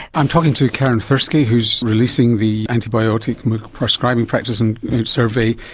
i'm talking to karin thursky who is releasing the antibiotic prescribing practice and survey,